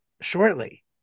shortly